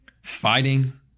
fighting